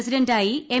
പ്രസിഡന്റായി എം